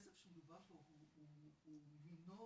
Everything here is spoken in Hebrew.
הכסף שמדובר פה הוא מינורי,